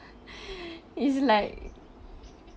is like